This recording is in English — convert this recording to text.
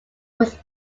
was